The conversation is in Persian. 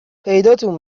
پیداتون